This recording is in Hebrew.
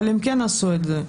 אבל הם כן עשו את זה.